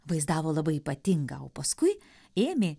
vaizdavo labai ypatingą o paskui ėmė